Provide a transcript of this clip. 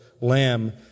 Lamb